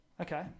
Okay